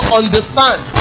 understand